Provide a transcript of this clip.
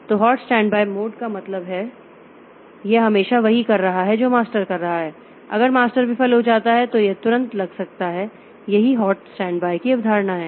तो hot standby mode का मतलब है यह हमेशा वही कर रहा है जो मास्टर कर रहा है अगर मास्टर विफल हो जाता है तो यह तुरंत लग सकता है यही हॉट स्टैंडबाय की अवधारणा है